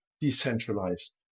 decentralized